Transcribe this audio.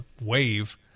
wave